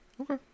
Okay